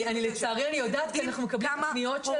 לצערי אני יודעת כי אנחנו מקבלים פניות שלהם.